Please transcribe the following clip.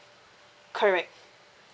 correct